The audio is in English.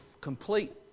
complete